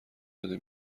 داده